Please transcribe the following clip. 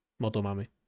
Motomami